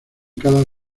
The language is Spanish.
cada